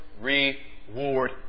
reward